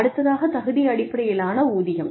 அடுத்ததாகத் தகுதி அடிப்படையிலான ஊதியம்